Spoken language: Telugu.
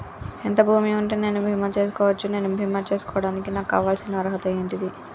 ఎంత భూమి ఉంటే నేను బీమా చేసుకోవచ్చు? నేను బీమా చేసుకోవడానికి నాకు కావాల్సిన అర్హత ఏంటిది?